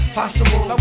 possible